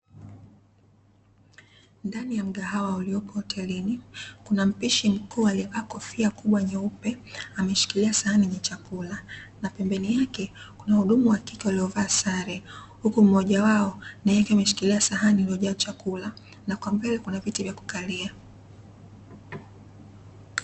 Ndani ya mgahawa uliopo hotelini, kuna mpishi mkuu aliyevaa kofia kubwa nyeupe ameshikilia sahani yenye chakula. Na pembeni yake kuna wahudumu wa kike waliovaa sare, huku mmoja wao na yeye ameshikilia sahani iliyo jaa chakula; na kwa mbele kuna viti vya kukalia.